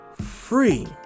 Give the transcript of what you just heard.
free